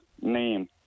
name